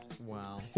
Wow